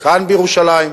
כאן בירושלים,